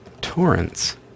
torrents